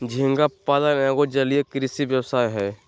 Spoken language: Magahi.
झींगा पालन एगो जलीय कृषि व्यवसाय हय